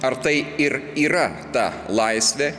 ar tai ir yra ta laisvė